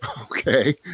Okay